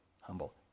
humble